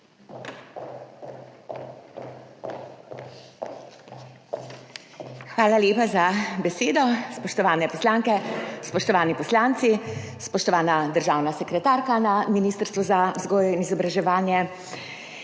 Hvala lepa za besedo. Spoštovane poslanke, spoštovani poslanci, spoštovana državna sekretarka na Ministrstvu za vzgojo in izobraževanje!